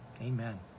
Amen